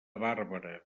bàrbara